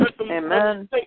Amen